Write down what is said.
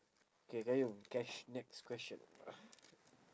K qayyum cash next question